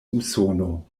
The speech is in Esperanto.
usono